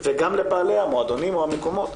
וגם לבעלי המועדונים או המקומות.